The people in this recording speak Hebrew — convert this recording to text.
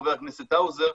חבר הכנסת האוזר,